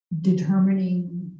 determining